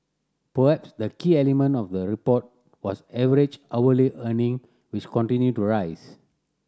perhaps the key element of the report was average hourly earning which continued to rise